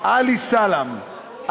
עלי סלָאם.